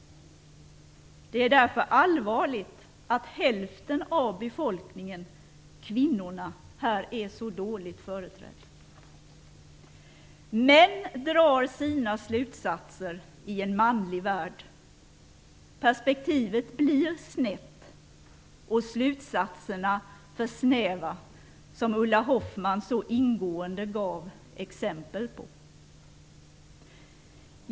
Det är därför allvarligt att hälften av befolkningen, kvinnorna, här är så dåligt företrädda. Män drar sina slutsatser i en manlig värld. Perspektivet blir snett och slutsatserna för snäva, som Ulla Hoffmann så ingående gav exempel på.